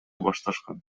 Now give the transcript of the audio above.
башташкан